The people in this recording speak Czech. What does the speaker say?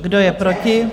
Kdo je proti?